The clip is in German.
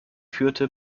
führte